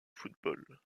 football